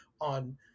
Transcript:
on